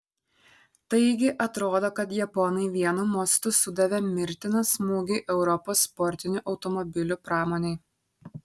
taigi atrodo kad japonai vienu mostu sudavė mirtiną smūgį europos sportinių automobilių pramonei